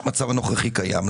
במצב הקיים,